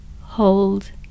Hold